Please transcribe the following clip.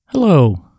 Hello